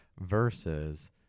versus